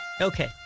Okay